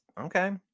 okay